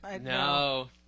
No